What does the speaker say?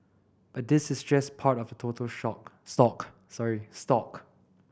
but this is just part of the total shock stock sorry stock